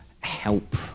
help